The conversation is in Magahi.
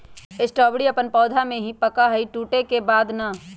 स्ट्रॉबेरी अपन पौधा में ही पका हई टूटे के बाद ना